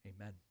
Amen